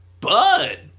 bud